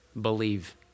believe